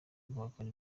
guhakana